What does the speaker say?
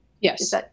Yes